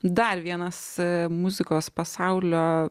dar vienas muzikos pasaulio